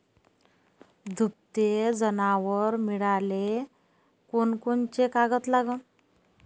दुभते जनावरं मिळाले कोनकोनचे कागद लागन?